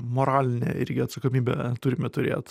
moralinę irgi atsakomybę turime turėt